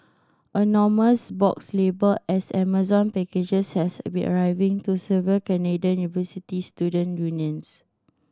anonymous boxes labelled as Amazon packages has been arriving to several Canadian university student unions